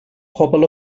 pobl